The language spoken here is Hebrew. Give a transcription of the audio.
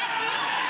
להוריד אותו.